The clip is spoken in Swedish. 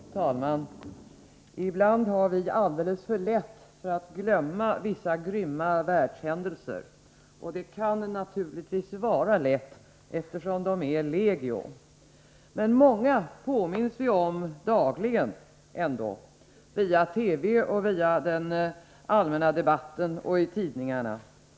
Herr talman! Ibland har vi alldeles för lätt för att glömma vissa grymma världshändelser. Det kan naturligtvis vara lätt, eftersom de är legio. Många påminns vi ändå om dagligen via TV och via den allmänna debatten och i tidningarna.